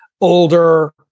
older